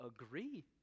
agree